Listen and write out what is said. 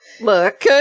look